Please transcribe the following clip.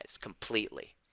completely